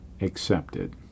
accepted